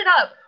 up